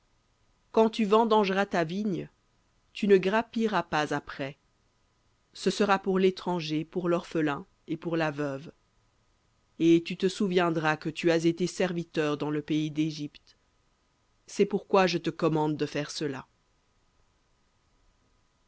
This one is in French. quand tu vendangeras ta vigne tu ne grappilleras pas après ce sera pour l'étranger pour l'orphelin et pour la veuve et tu te souviendras que tu as été serviteur dans le pays d'égypte c'est pourquoi je te commande de faire cela